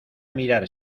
mirar